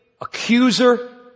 accuser